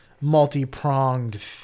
multi-pronged